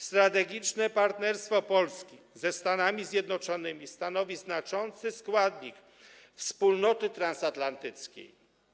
Strategiczne partnerstwo Polski ze Stanami Zjednoczonymi stanowi znaczący składnik wspólnoty transatlantyckiej.